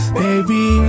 baby